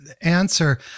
answer